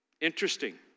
Interesting